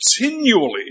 continually